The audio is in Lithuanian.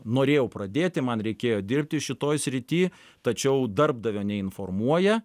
norėjau pradėti man reikėjo dirbti šitoj srity tačiau darbdavio neinformuoja